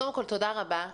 תודה רבה.